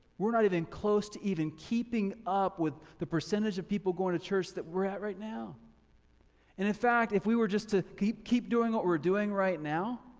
we're not even close to even keeping up with the percentage of people going to church that we're at right now. and in fact, if we were just to keep keep doing what we're doing right now,